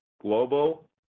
global